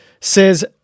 says